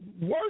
worse